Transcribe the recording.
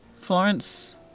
Florence